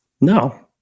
No